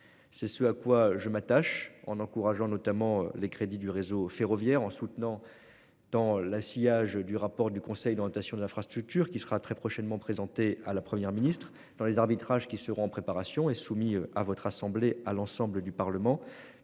c'est ce à quoi je m'attache en encourageant notamment les crédits du réseau ferroviaire en soutenant. Dans la sillage du rapport du conseil d'orientation des infrastructures qui sera très prochainement présenté à la Première ministre dans les arbitrages qui seront en préparation et soumis à votre assemblée à l'ensemble du Parlement